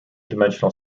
dimensional